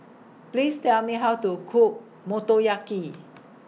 Please Tell Me How to Cook Motoyaki